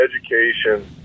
education